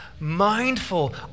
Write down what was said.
mindful